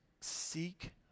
seek